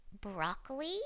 broccoli